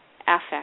affect